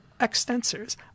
extensors